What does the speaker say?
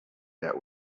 that